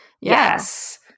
Yes